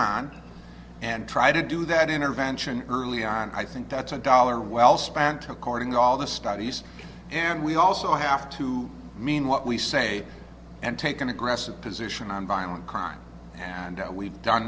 on and try to do that intervention early on i think that's a dollar well spanked according all the studies and we also have to mean what we say and take an aggressive position on violent crime and we've done